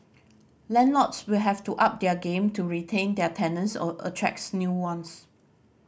landlords will have to up their game to retain their tenants or attract new ones